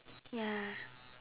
ya